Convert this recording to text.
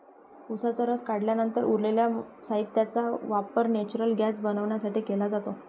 उसाचा रस काढल्यानंतर उरलेल्या साहित्याचा वापर नेचुरल गैस बनवण्यासाठी केला जातो